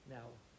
Now